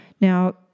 Now